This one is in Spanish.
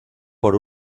por